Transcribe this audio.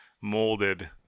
molded